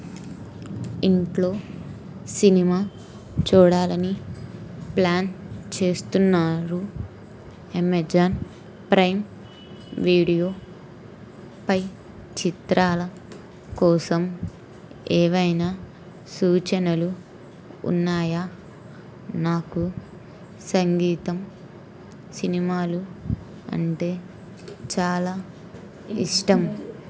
ఇంట్లో సినిమా చూడాలని ప్లాన్ చేస్తున్నారు ఎమెజాన్ ప్రైమ్ వీడియో పై చిత్రాల కోసం ఏవైనా సూచనలు ఉన్నాయా నాకు సంగీతం సినిమాలు అంటే చాలా ఇష్టం